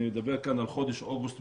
אני מדבר בעיקר על חודש אוגוסט,